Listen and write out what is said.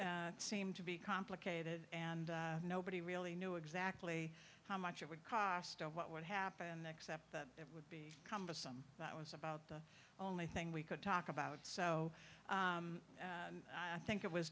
seemed to be complicated and nobody really knew exactly how much it would cost of what would happen except that it would be cumbersome that was about the only thing we could talk about so i think it was